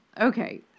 Okay